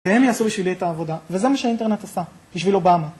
והם יעשו בשבילי את העבודה, וזה מה שהאינטרנט עשה, בשביל אובמה